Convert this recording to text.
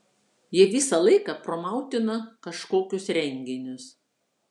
jie visą laiką promautina kažkokius renginius